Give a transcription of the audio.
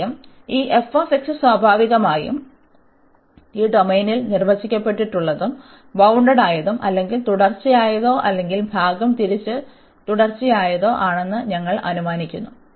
ആദ്യം ഈ f സ്വാഭാവികമായും ഈ ഡൊമെയ്നിൽ നിർവചിക്കപ്പെട്ടിട്ടുള്ളതും ബൌണ്ടഡായതും അല്ലെങ്കിൽ തുടർച്ചയല്ലാത്തതോ അല്ലെങ്കിൽ ഭാഗം തിരിച് തുടർച്ചയായതോ ആണെന്ന് ഞങ്ങൾ അനുമാനിക്കുന്നു